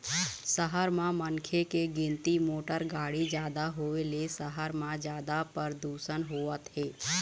सहर म मनखे के गिनती, मोटर गाड़ी जादा होए ले सहर म जादा परदूसन होवत हे